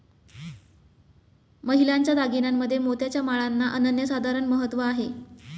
महिलांच्या दागिन्यांमध्ये मोत्याच्या माळांना अनन्यसाधारण महत्त्व आहे